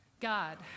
God